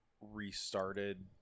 restarted